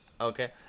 okay